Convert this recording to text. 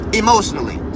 emotionally